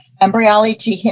embryology